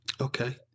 Okay